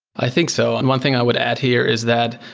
i think so on. one thing i would add here is that,